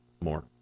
more